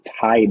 tied